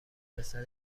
پسر